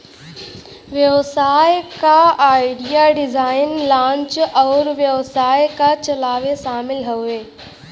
व्यवसाय क idea, design, launch अउर व्यवसाय क चलावे शामिल हउवे